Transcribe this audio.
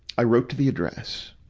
i wrote to the address,